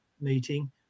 meeting